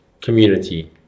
community